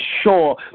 sure